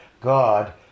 God